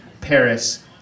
Paris